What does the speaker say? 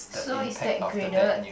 so is that graded